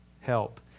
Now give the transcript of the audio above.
help